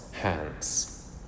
hands